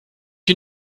you